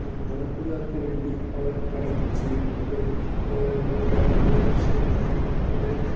നാട്ടുകാർക്ക് വേണ്ടി അവർ പലതും ചെയ്യും ഇപ്പോൾ ക്ലബ്ബിൻ്റെ വാർഷികമായാലും അവിടെ